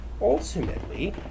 ultimately